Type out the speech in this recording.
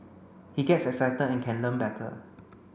he gets excited and can learn better